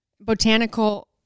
Botanical